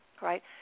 right